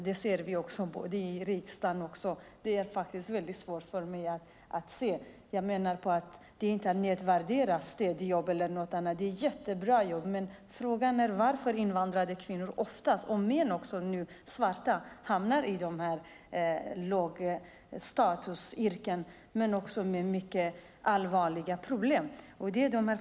Det ser vi också här i riksdagen. Det jobbet nedvärderas inte på något sätt. Det är ett jätteviktigt jobb. Frågan är varför invandrade kvinnor oftast, och nu även svarta män, hamnar i lågstatusyrken och får allvarliga problem.